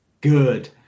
Good